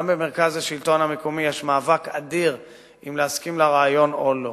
גם במרכז השלטון המקומי יש מאבק אדיר אם להסכים לרעיון או לא.